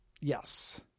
Yes